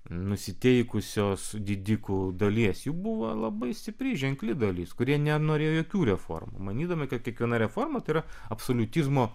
nusiteikusios didikų dalies jų buvo labai stipri ženkli dalis kurie nenorėjo jokių reformų manydami kad kiekviena reforma tai yra absoliutizmo